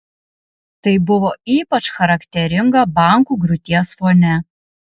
tai buvo ypač charakteringa bankų griūties fone